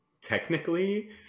technically